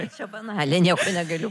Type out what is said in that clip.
čia banaliai nieko negaliu